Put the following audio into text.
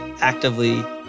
actively